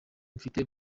mfite